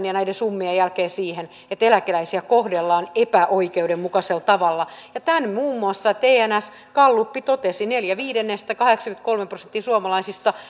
ja näiden summien jälkeen siihen että eläkeläisiä kohdellaan epäoikeudenmukaisella tavalla tämän muun muassa tns gallup totesi neljä viidestä kahdeksankymmentäkolme prosenttia suomalaisista